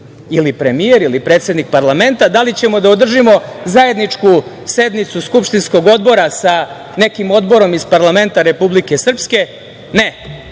ili premijer ili predsednik parlamenta, da li ćemo da održimo zajedničku sednicu skupštinskog odbora sa nekim odborom iz parlamenta Republike Srpske,